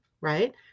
Right